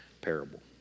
parable